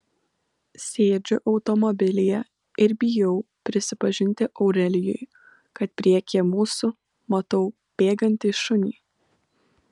sėdžiu automobilyje ir bijau prisipažinti aurelijui kad priekyje mūsų matau bėgantį šunį